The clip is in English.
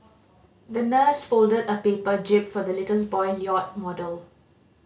the nurse folded a paper jib for the little boy yacht model